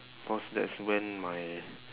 cause that's when my